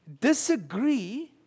disagree